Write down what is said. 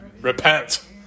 Repent